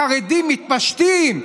החרדים מתפשטים.